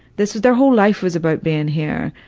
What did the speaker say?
this was their whole life was about being here.